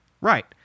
Right